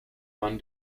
run